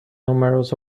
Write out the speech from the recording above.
numerous